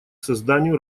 созданию